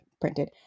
printed